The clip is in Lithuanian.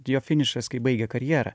jo finišas kai baigia karjerą